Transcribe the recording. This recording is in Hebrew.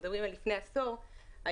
לפני עשור,